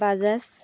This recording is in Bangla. বাজাজ